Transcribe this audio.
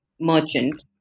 merchant